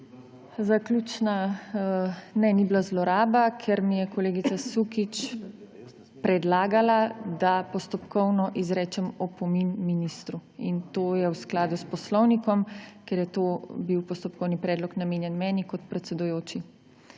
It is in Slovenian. Zaključna … Ne, ni bila zloraba, ker mi je kolegica Sukič predlagala, da postopkovno izrečem opomin ministru in to je v skladu s poslovnikom, ker je to bil postopkovni predlog, namenjen meni kot predsedujoči.